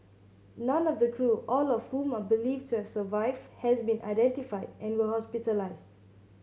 none of the crew all of whom are believed to have survived has been identified and were hospitalised